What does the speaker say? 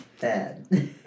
Bad